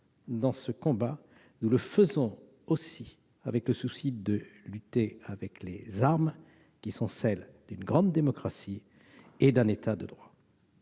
ce combat, nous avons l'exigence de lutter avec les armes qui sont celles d'une grande démocratie et d'un État de droit.